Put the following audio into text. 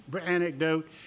anecdote